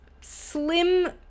slim